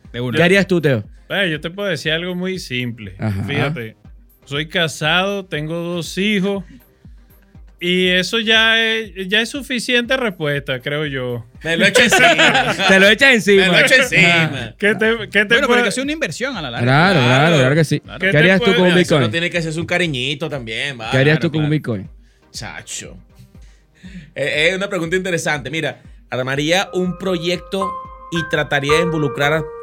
De ¿Qué una. harías tú, Teo? Ey, yo te puedo decir algo muy simple. Ajá. Fíjate, soy casado, tengo dos hijos, y eso ya es- ya es suficiente respuesta, creo yo. Me lo echa encima. Te lo echa Me lo encima. echa Ajá. encima. ¿Qué te- qué te Bueno, puede- pero que sea una inversión a la larga. Claro, claro, claro que sí. Claro. ¿Qué ¿Qué te harías tú puede- con un Oye, eso Bitcoin? uno tiene que hacer su cariñito también, ¿Qué vale. harías Claro, tú con un claro. Bitcoin? Chacho. Eh, es una pregunta interesante. Mira, armaría un proyecto y trataría de involucrar a